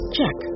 Check